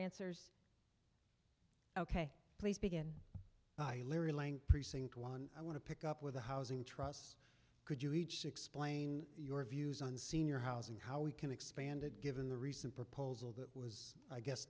answers ok please begin larry lang precinct one i want to pick up with a housing truss could you each explain your views on senior housing how we can expand it given the recent proposal that was i guess